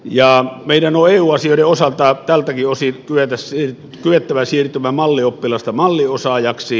meidän on eu asioiden osalta tältäkin osin kyettävä siirtymään mallioppilaasta malliosaajaksi